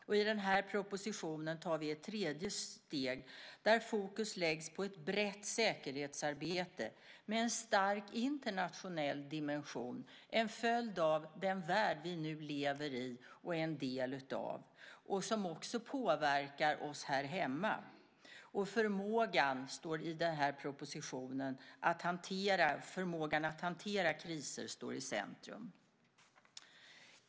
Och i den här propositionen tar vi ett tredje steg, där fokus läggs på ett brett säkerhetsarbete med en stark internationell dimension, en följd av den värld vi nu lever i och är en del av, vilket också påverkar oss här hemma. Förmågan att hantera kriser står i den här propositionen i centrum.